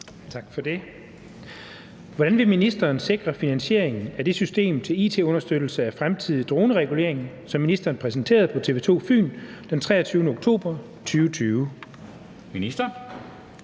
Tak for det. Hvordan vil ministeren sikre finansiering af det system til it-understøttelse af fremtidig droneregulering, som ministeren præsenterede på TV 2/Fyn den 23. oktober 2020?